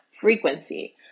frequency